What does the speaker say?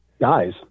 guys